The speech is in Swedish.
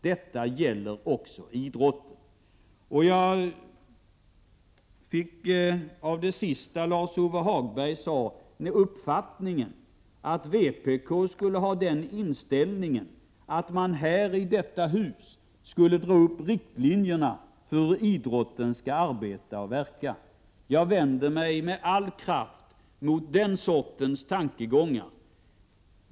Detta gäller också idrottsrörelsen. Av det sista som Lars-Ove Hagberg sade fick jag uppfattningen att vpk skulle ha inställningen att vi här i detta hus skall dra upp riktlinjerna för hur idrotten skall arbeta och verka. Jag vänder mig med all kraft mot den sortens tankegångar.